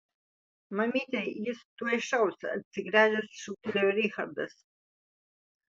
mamyte jis tuoj šaus atsigręžęs šūktelėjo richardas